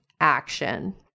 action